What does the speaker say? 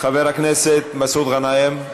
חבר הכנסת מסעוד גנאים,